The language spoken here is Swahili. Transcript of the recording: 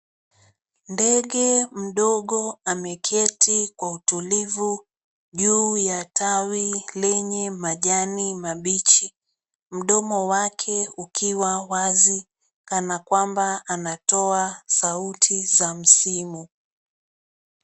Ndege mdogo ameketi Kwa utulivu juu ya tawi lenye majani mabichi. Mdomo wake ukiwa wazi kana kwamba anatoa sauti za msimo.